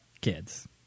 kids